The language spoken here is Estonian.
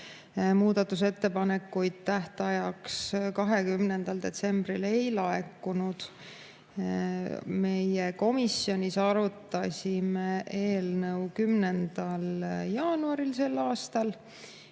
Muudatusettepanekuid tähtajaks, 20. detsembriks ei laekunud. Meie komisjonis arutasime eelnõu 10. jaanuaril sel aastal.